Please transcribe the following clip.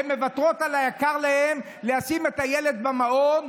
הן מוותרות על היקר להן, שמות את הילד במעון,